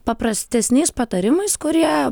paprastesniais patarimais kurie